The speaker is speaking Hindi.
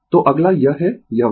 तो अगला यह है यह वाला